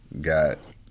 Got